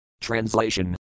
Translation